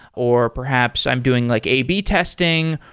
or perhaps i'm doing like ab testing,